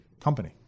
company